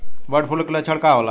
Bird flu के लक्षण का होला?